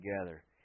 together